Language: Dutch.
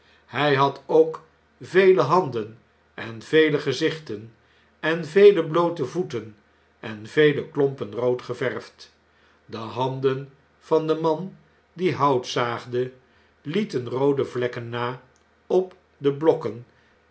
hjj had ook vele handen en vele gezichten en vele bloote voeten en vele klompen roodgeverfd de handen van den man die hout in londen en paeijs zaagde lieten roode vlekken na op de blokken